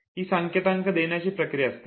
ही संकेतांक देण्याची प्रक्रिया असते